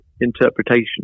interpretation